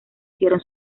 hicieron